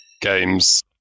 games